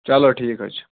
چلو ٹھیٖک حظ چھُ